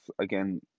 again